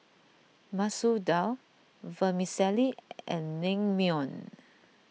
Masoor Dal Vermicelli and Naengmyeon